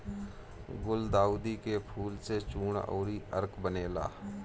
गुलदाउदी के फूल से चूर्ण अउरी अर्क बनेला